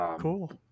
Cool